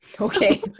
okay